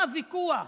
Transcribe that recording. מה הוויכוח?